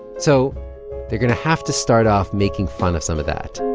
so they're going to have to start off making fun of some of that,